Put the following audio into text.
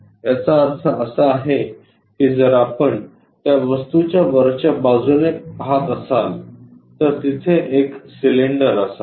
याचा अर्थ असा आहे की जर आपण त्या वस्तूच्या वरच्या बाजूने पहात असाल तर तिथे एक सिलेंडर असावे